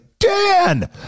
Dan